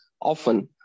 often